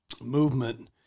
movement